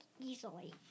easily